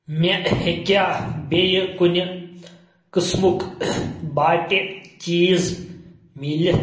مےٚ ہیٚکیاہ بییٚہِ کُنہِ قٕسمُک باٹہِ چیٖز مِلِتھ